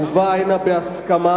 מובא הנה בהסכמה,